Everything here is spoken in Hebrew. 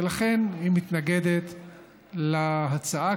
ולכן היא מתנגדת להצעה,